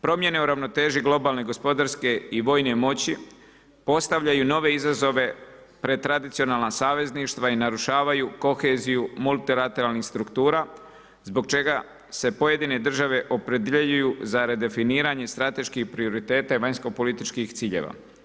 Promjene u ravnoteži globalne gospodarske i vojne moći postavljaju nove izazove pred tradicionalna savezništva i narušavaju koheziju multilateralnih struktura zbog čega se pojedine države opredjeljuju za redefiniranje strateških prioriteta i vanjsko-političkih ciljeva.